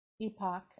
epoch